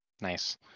Nice